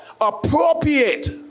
appropriate